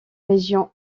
régions